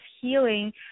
healing